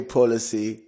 Policy